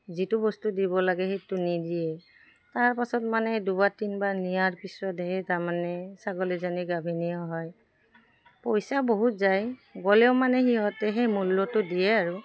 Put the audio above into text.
যিটো বস্তু দিব লাগে সেইটো নিদিয়ে তাৰপাছত মানে দুবাৰ তিনিবাৰ নিয়াৰ পিছতহে তাৰমানে ছাগলীজনী গাভিনীয়ে হয় পইচা বহুত যায় গ'লেও মানে সিহঁতে সেই মূল্যটো দিয়ে আৰু